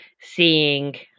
seeing